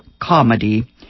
comedy